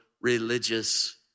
religious